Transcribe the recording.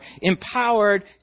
empowered